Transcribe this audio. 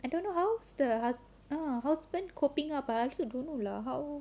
I don't know how the her hus~ husband coping lah but I also don't know lah how